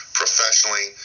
professionally